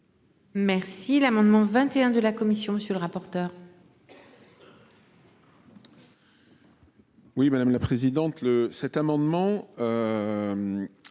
Merci l'amendement 21 de la commission sur le rapporteur. Oui madame la présidente le cet amendement.